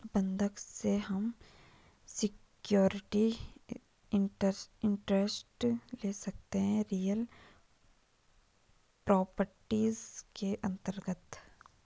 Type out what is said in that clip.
बंधक से हम सिक्योरिटी इंटरेस्ट ले सकते है रियल प्रॉपर्टीज के अंतर्गत